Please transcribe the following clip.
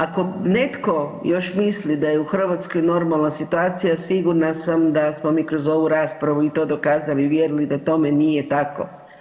Ako netko još misli da je u Hrvatskoj normalna situacija sigurna sam da smo mi kroz ovu raspravu i to dokazali i uvjerili da tome nije tako.